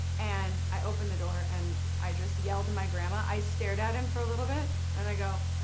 and i open the door and i just yell to my grandma. i stared at him for a little bit and i go,